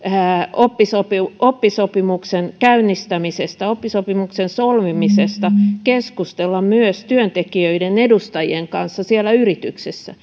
oppisopimuksen oppisopimuksen käynnistämisestä oppisopimuksen solmimisesta keskustella myös työntekijöiden edustajien kanssa siellä yrityksessä